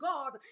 God